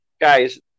guys